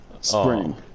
spring